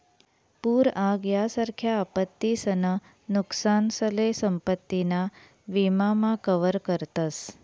पूर आग यासारख्या आपत्तीसन नुकसानसले संपत्ती ना विमा मा कवर करतस